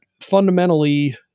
fundamentally